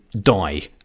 die